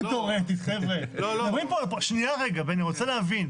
אני רוצה להבין.